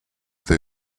they